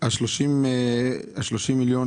ה-30,777 מיליון